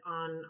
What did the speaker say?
on